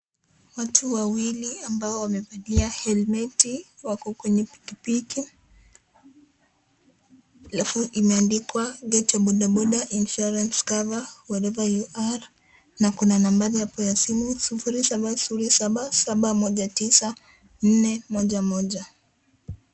Watu wawili ambao wamevalia helmet wako kwenye pikipiki, alafu imeandikwa; get your bodaboda insurance cover wherever you are na kuna nambari ya simu0707719411.